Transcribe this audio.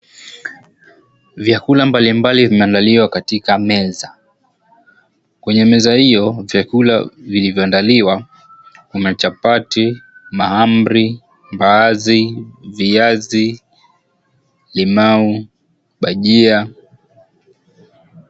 Vyakula mbali mbali vimeandaliwa katika meza kwenye meza hiyo vyakula vilivyoandaliwa kuna chapati, mahamri, mbaazi, viazi, limau, bajia.